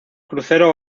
crucero